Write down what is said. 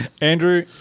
Andrew